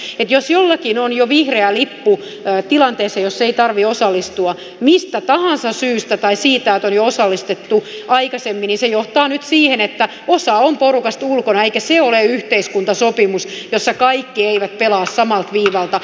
jos jollakin on jo vihreä lippu tilanteessa jossa ei tarvitse osallistua mistä tahansa syystä tai siitä syystä että on jo osallistuttu aikaisemmin niin se johtaa nyt siihen että osa porukasta on ulkona eikä se ole yhteiskuntasopimus jossa kaikki pelaavat samalta viivalta